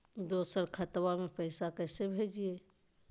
दोसर खतबा में पैसबा कैसे भेजिए?